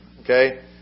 okay